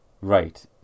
Right